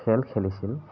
খেল খেলিছিল